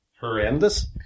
Horrendous